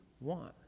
want